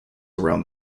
around